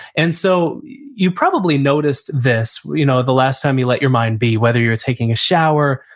and so you've probably noticed this you know the last time you let your mind be, whether you're taking a shower,